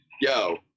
yo